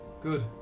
Good